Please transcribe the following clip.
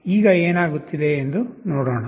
ಈಗ ಏನಾಗುತ್ತಿದೆ ಎಂದು ನೋಡೋಣ